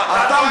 לא, אתה דואג.